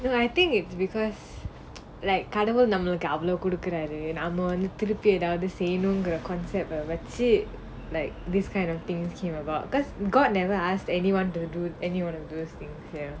you know I think it's because like கடவுள் நமக்கு அவ்ளோ குடுக்குராரு நம்ம வந்து திருப்பி ஏதாவது செயனும்:kadavul namakku avlo kudukuraaru namma vanthu thiruppi ethaavathu seyanum concept வச்சி:vachi like these kind of things came about because god never ask anyone to do anyone interesting there